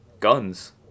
guns